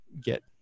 get